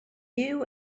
you